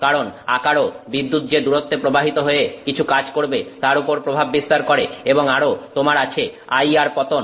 কারণ আকারও বিদ্যুৎ যে দূরত্বে প্রবাহিত হয়ে কিছু কাজ করবে তার উপর প্রভাব বিস্তার করে এবং আরো তোমার আছে IR পতন